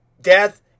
death